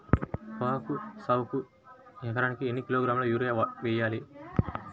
పొగాకు సాగుకు ఎకరానికి ఎన్ని కిలోగ్రాముల యూరియా వేయాలి?